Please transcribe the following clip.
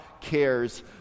cares